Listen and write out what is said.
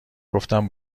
گفتم